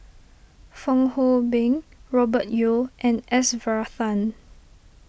Fong Hoe Beng Robert Yeo and S Varathan